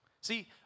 See